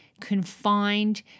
confined